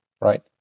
right